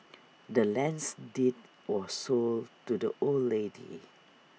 the land's deed was sold to the old lady